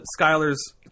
Skylar's